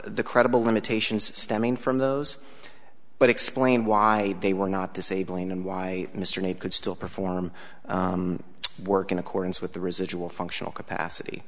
the credible limitations stemming from those but explain why they were not disabling and why mr knight could still perform work in accordance with the residual functional capacity